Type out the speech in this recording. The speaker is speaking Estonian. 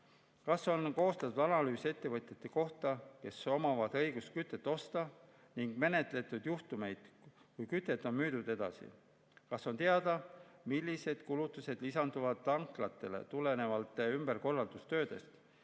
Kas on koostatud analüüse ettevõtjate kohta, kes omavad õigust seda kütust osta, ning menetletud juhtumeid, kui kütust on müüdud edasi? Kas on teada, millised kulutused lisanduvad tulenevalt ümberkorraldustöödest